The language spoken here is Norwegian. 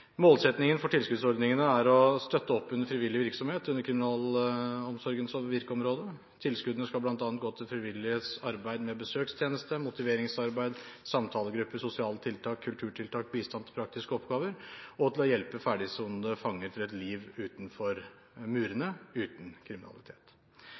for tilskuddsordningene er å støtte opp under frivillig virksomhet under kriminalomsorgens virkeområde. Tilskuddene skal bl.a. gå til frivilliges arbeid med besøkstjeneste, motiveringsarbeid, samtalegrupper, sosiale tiltak, kulturtiltak, bistand til praktiske oppgaver og til å hjelpe ferdige sonede fanger til et liv utenfor